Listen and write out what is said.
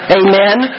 amen